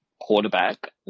quarterback